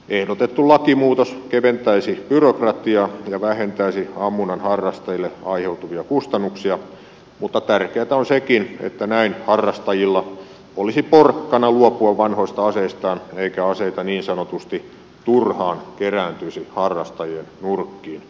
ehdotettu lakimuutos keventäisi byrokratiaa ja vähentäisi ammunnan harrastajille aiheutuvia kustannuksia mutta tärkeätä on sekin että näin harrastajilla olisi porkkana luopua vanhoista aseistaan eikä aseita niin sanotusti turhaan kerääntyisi harrastajien nurkkiin